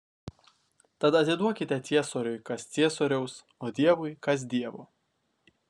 tad atiduokite ciesoriui kas ciesoriaus o dievui kas dievo